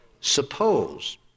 Suppose